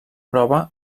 prova